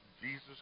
Jesus